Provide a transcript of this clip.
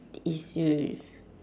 is u~